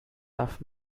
darf